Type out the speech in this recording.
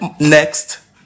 Next